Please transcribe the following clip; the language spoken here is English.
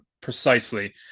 precisely